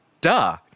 duh